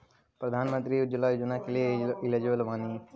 प्रधानमंत्री उज्जवला योजना के लिए एलिजिबल बानी?